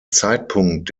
zeitpunkt